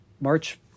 March